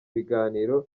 biganiro